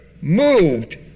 moved